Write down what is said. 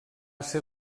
ser